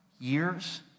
years